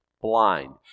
blind